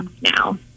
now